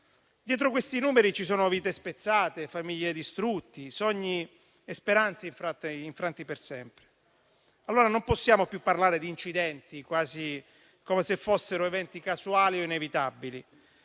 Dietro questi numeri ci sono vite spezzate, famiglie distrutte, sogni e speranze infranti per sempre. Allora non possiamo più parlare di incidenti come se fossero eventi casuali o inevitabili.